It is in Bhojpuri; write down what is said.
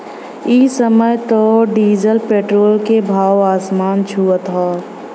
इ समय त डीजल पेट्रोल के भाव आसमान छुअत हौ